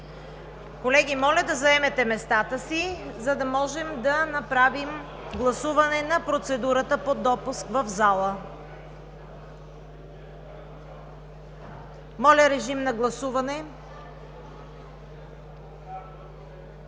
Колеги, моля да заемете местата си, за да можем да направим гласуване на процедурата по допуск в залата! Моля, гласувайте.